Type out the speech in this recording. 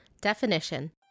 Definition